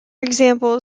example